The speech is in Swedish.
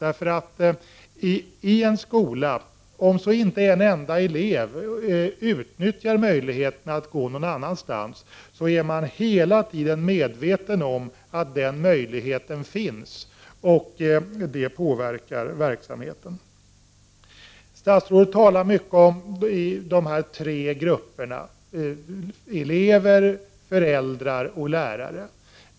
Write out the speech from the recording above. Även om i en skola inte en enda elev utnyttjar möjligheten att gå någon annanstans, så är man hela tiden medveten om att den möjligheten finns, och det påverkar verksamheten. Statsrådet talar mycket om de tre grupperna — elever, föräldrar och lärare.